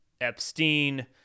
Epstein